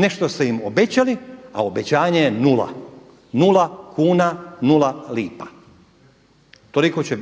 Nešto ste im obećali, a obećanje je nula, nula kuna, nula lipa. Toliko će